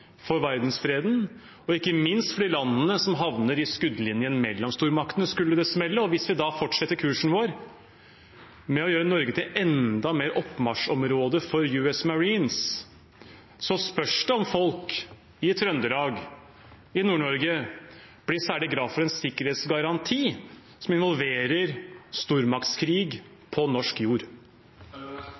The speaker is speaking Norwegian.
for verdensfreden, og ikke minst for de landene som havner i skuddlinjen mellom stormaktene, skulle det smelle. Hvis vi fortsetter kursen vår, å gjøre Norge enda mer til et oppmarsjområde for US Marines, spørs det om folk i Trøndelag og i Nord-Norge blir særlig glad for en sikkerhetsgaranti som involverer stormaktskrig på norsk jord.